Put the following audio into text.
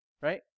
right